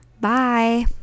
Bye